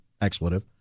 expletive